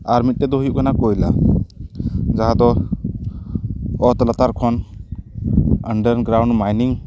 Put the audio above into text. ᱟᱨ ᱢᱤᱫᱴᱮᱱ ᱫᱚ ᱦᱩᱭᱩᱜ ᱠᱟᱱᱟ ᱠᱚᱭᱞᱟ ᱡᱟᱦᱟᱸ ᱫᱚ ᱚᱛ ᱞᱟᱛᱟᱨ ᱠᱷᱚᱱ ᱟᱱᱰᱟᱨ ᱜᱨᱟᱣᱩᱱᱰ ᱢᱟᱭᱱᱤᱝ